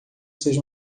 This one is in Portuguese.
seus